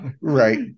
right